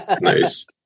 Nice